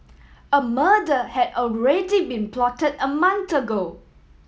a murder had already been plotted a month ago